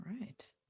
right